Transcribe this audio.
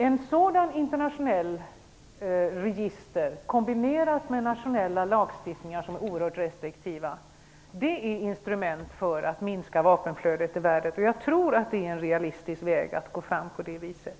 Ett sådant internationellt register, kombinerat med oerhört restriktiva nationella lagstiftningar, är instrument för att minska vapenflödet i världen. Jag tror att det är en realistisk väg att gå fram på det viset.